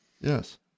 yes